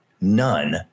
none